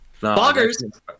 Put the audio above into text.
Boggers